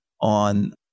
on